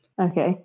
Okay